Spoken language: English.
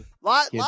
lot